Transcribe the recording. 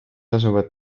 asuvad